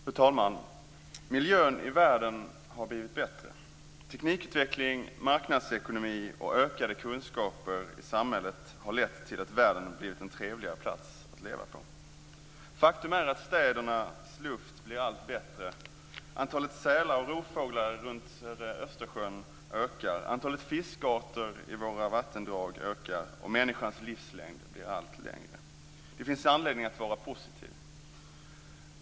Fru talman! Miljön i världen har blivit bättre. Teknikutveckling, marknadsekonomi och ökade kunskaper i samhället har lett till att världen blivit en trevligare plats att leva på. Faktum är att städernas luft blir allt bättre, antalet sälar och rovfåglar runt Östersjön ökar, antalet fiskarter i våra vattendrag ökar och människan lever allt längre. Det finns anledning att vara positiv.